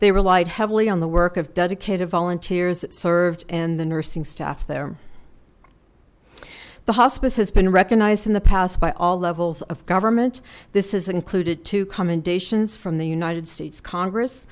they relied heavily on the work of dedicated volunteers served and the nursing staff there the hospice has been recognized in the past by all levels of government this has included two commendations from the united states congress